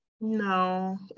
No